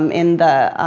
um in the,